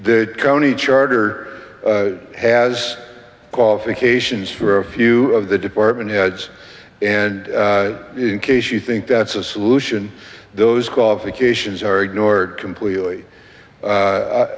the county charter has qualifications for a few of the department heads and in case you think that's a solution those qualifications are ignored completely